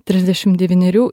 trisdešim devynerių